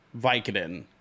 vicodin